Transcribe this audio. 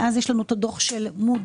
מאז יש לנו את הדו"ח של ;Moody's